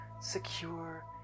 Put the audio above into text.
secure